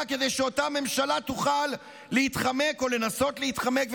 כדי שאותה ממשלה תוכל להתחמק או לנסות להתחמק,